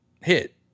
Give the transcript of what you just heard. hit